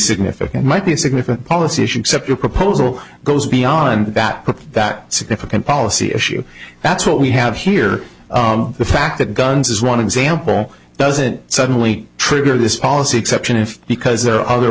significant might be a significant policy issue separate proposal goes beyond that but that significant policy issue that's what we have here the fact that guns as one example doesn't suddenly trigger this policy exception if because there are other